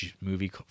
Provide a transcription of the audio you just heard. movie